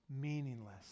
meaningless